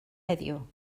heddiw